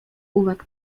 uwag